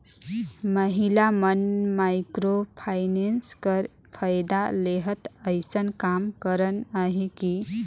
महिला मन micro finance कर फएदा लेहत अइसन काम करिन अहें कि